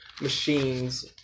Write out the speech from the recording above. machines